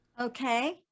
okay